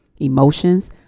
emotions